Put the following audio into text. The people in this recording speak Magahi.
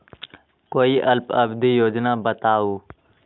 कोई अल्प अवधि योजना बताऊ?